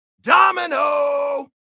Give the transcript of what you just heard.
Domino